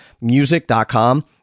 music.com